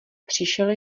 přišel